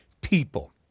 people